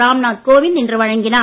ராம் நாத் கோவிந்த் இன்று வழங்கினார்